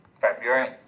February